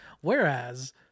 Whereas